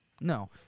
No